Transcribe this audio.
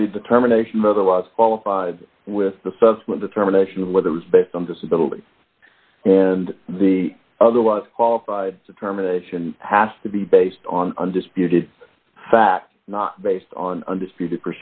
the determination murder was qualified with the subsequent determination of whether it was based on disability and the other was qualified determination has to be based on undisputed facts not based on undisputed